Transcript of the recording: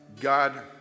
God